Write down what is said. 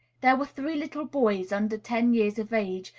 there were three little boys, under ten years of age,